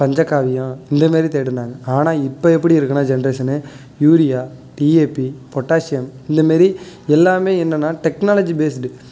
பஞ்சாக்காவியம் இந்த மாரி தேடுனாங்க ஆனால் இப்போ எப்படி இருக்குதுன்னா ஜென்ரேஷன் யூரியா டிஏபி பொட்டாஷியம் இந்த மேரி எல்லாமே என்னனா டெக்னலஜி பேஸ்ட்டு